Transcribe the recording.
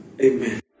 amen